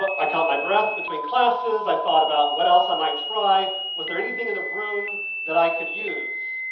but i count my breath between classes. i thought about what else i might try. was there anything in the room that i could use,